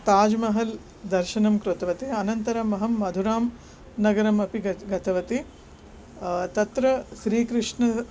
ताजमहलस्य दर्शनं कृतवती अनन्तरम् अहं मथुरा नगरम् अपि गत् गतवती तत्र श्रीकृष्णः